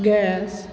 gas